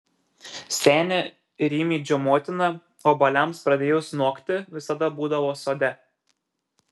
senė rimydžio motina obuoliams pradėjus nokti visada būdavo sode